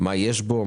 מה יש בו?